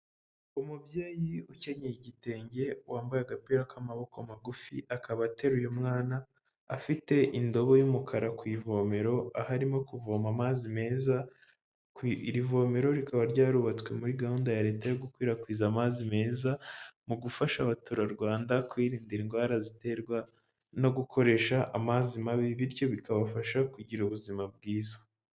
Umubyeyi ukenyeye igitenge, wambaye agapira k'amaboko magufi, akaba ateruye mwana, afite indobo y'umukara ku ivomero, aho arimo kuvoma amazi meza ku irivomero rikaba ryarubatswe muri gahunda ya leta yo gukwirakwiza amazi meza, mu gufasha abaturarwanda, kwiyirinda indwara ziterwa, no gukoresha amazi mabi, bityo bikabafasha kugira ubuzima bwiza.